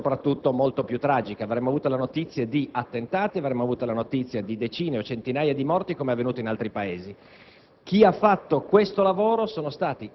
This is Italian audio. di molto maggior rilievo e, soprattutto, molto più tragiche. Avremmo avuto notizia di attentati, di decine o centinaia di morti, com'è avvenuto in altri Paesi.